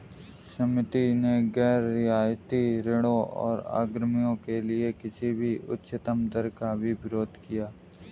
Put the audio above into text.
समिति ने गैर रियायती ऋणों और अग्रिमों के लिए किसी भी उच्चतम दर का भी विरोध किया